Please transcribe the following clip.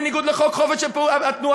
בניגוד לחוק חופש התנועה,